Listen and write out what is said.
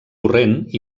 corrent